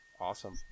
Awesome